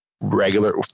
regular